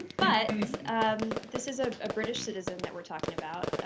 but and um this is a ah british citizen that we're talking about.